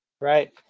Right